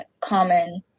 common